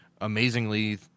amazingly